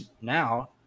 now